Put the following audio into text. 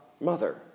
mother